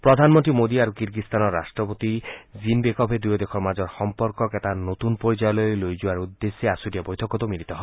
প্ৰধানমন্ত্ৰী মোডী আৰু কিৰ্গিস্তানৰ ৰাট্টপতি জীনবেকভে দুয়োদেশৰ মাজৰ সম্পৰ্কক এটা নতুন পৰ্যয়লৈ লৈ যোৱাৰ উদ্দেশ্যে আছুতীয়া বৈঠকতো মিলিত হয়